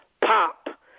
pop